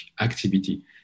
activity